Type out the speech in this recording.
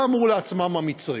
מה אמרו לעצמם המצרים?